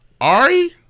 Ari